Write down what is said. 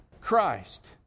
Christ